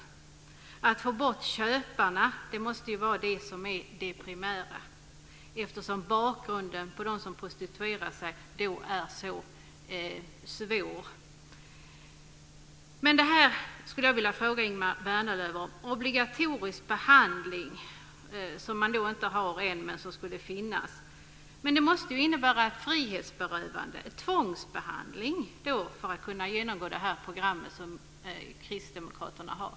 Det primära måste vara att få bort köparna eftersom de prostituerades bakgrund är så svår. Jag skulle vilja fråga Ingemar Vänerlöv om den obligatoriska behandlingen, som man inte har än men som skulle finnas. Det måste ju innebära ett frihetsberövande och en tvångsbehandling att genomgå det program som Kristdemokraterna har.